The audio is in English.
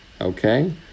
Okay